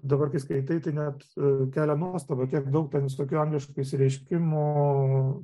dabar kai skaitai tai net kelia nuostabą kiek daug ten visokių angliškų išsireiškimų